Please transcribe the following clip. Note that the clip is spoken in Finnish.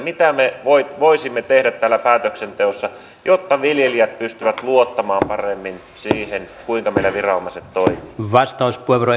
mitä me voisimme tehdä täällä päätöksenteossa jotta viljelijät pystyvät luottamaan paremmin siihen kuinka meidän viranomaiset toimivat